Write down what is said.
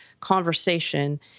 conversation